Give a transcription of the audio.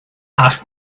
asked